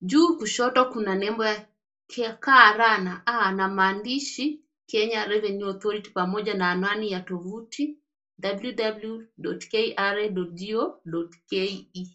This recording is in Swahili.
Juu kushoto kuna nembo ya KRA na maandishi Kenya Revenue Authority pamoja na anwani ya tovuti www.kra.go.ke .